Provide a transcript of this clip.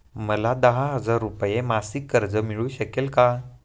मला दहा हजार रुपये मासिक कर्ज मिळू शकेल का?